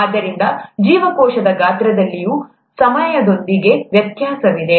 ಆದ್ದರಿಂದ ಜೀವಕೋಶದ ಗಾತ್ರದಲ್ಲಿಯೂ ಸಮಯದೊಂದಿಗೆ ವ್ಯತ್ಯಾಸವಿದೆ